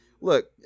Look